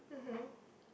mmhmm